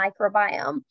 microbiome